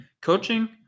Coaching